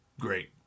great